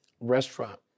restaurant